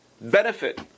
benefit